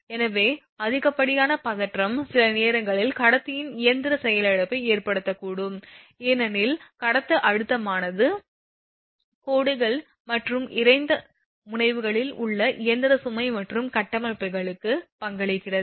எனவே அதிகப்படியான பதற்றம் சில நேரங்களில் கடத்தியின் இயந்திர செயலிழப்பை ஏற்படுத்தக்கூடும் ஏனெனில் கடத்தி அழுத்தமானது கோடுகள் மற்றும் இறந்த முனைகளில் உள்ள இயந்திர சுமை மற்றும் கட்டமைப்புகளுக்கு பங்களிக்கிறது